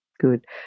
good